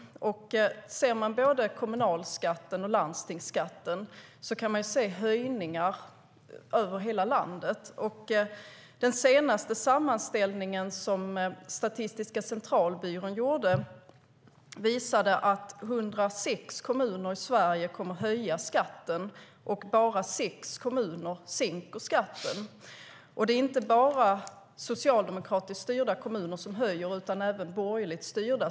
Ser man till både kommunalskatten och landstingsskatten ser man höjningar över hela landet. Den senaste sammanställningen som Statistiska centralbyrån gjorde visade att 106 kommuner i Sverige kommer att höja skatten, och bara sex kommuner sänker skatten. Det är inte bara socialdemokratiskt styrda kommuner som höjer utan även borgerligt styrda.